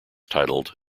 titled